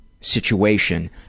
situation